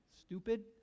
Stupid